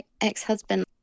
ex-husband